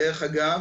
דרך אגב,